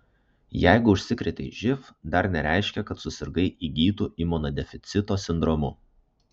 jeigu užsikrėtei živ dar nereiškia kad susirgai įgytu imunodeficito sindromu